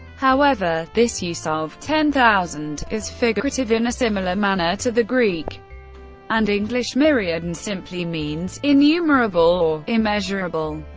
however, this use ah of ten-thousand is figurative in a similar manner to the greek and english myriad and simply means innumerable or immeasurable.